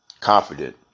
confident